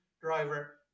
Driver